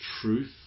truth